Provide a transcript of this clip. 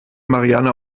marianne